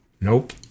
Nope